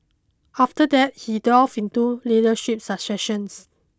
after that he delved into leadership succession